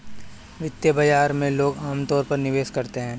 वित्तीय बाजार में लोग अमतौर पर निवेश करते हैं